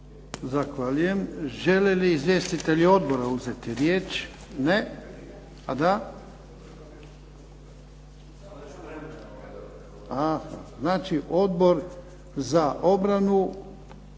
Zahvaljujem. Žele li izvjestitelji odbora uzeti riječ? Ne. A da. Znači, Odbor za obranu,